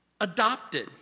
adopted